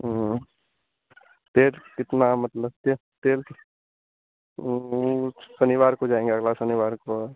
तेल कितना मतलब तेल शनिवार को जाएँगे अगला शनिवार को